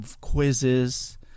quizzes